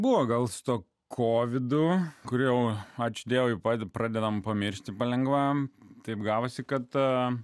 buvo gal su tuo kovidu kurio ačiū dievui patys pradedam pamiršti palengva taip gavosi kad tą